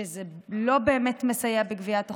שזה לא באמת מסייע בגביית החובות,